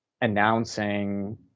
announcing